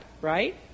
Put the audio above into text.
right